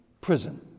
prison